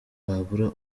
babura